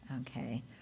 Okay